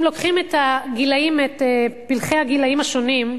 אם לוקחים את פלחי הגילאים השונים,